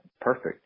perfect